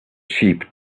sheep